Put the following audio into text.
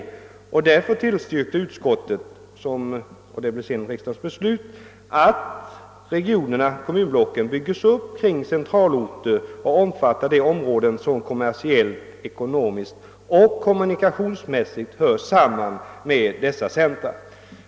Därför tillstyrkte utskottet — vilket sedan också blev riksdagens beslut — att regionerna kommunblocken bygges upp kring centralorter och omfattar de områden som kommersiellt, ekonomiskt och kommunikationsmässigt hör samman med dessa centra.